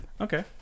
Okay